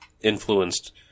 influenced